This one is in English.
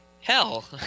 hell